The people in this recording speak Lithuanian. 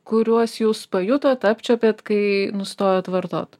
kuriuos jūs pajutot apčiuopėt kai nustojot vartot